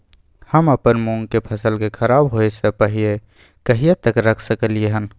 हम अपन मूंग के फसल के खराब होय स पहिले कहिया तक रख सकलिए हन?